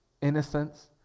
innocence